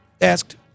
asked